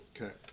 Okay